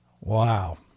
Wow